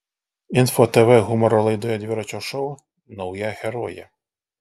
info tv humoro laidoje dviračio šou nauja herojė